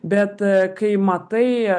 bet kai matai